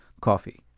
Coffee